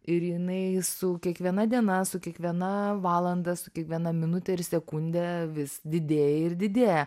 ir jinai su kiekviena diena su kiekviena valanda su kiekviena minute ir sekunde vis didėja ir didėja